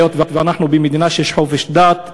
היות שאנחנו במדינה שיש בה חופש דת,